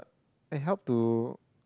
I help to